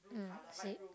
mm same